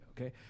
okay